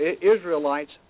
Israelites